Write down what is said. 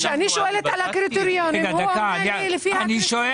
כשאני שואלת על הקריטריונים הוא עונה לי: "לפי הקריטריונים".